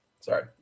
Sorry